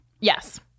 Yes